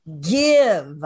give